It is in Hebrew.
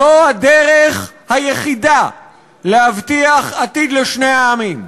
זו הדרך היחידה להבטיח עתיד לשני העמים.